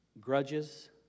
grudges